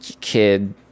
kid